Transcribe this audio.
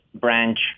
branch